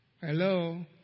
Hello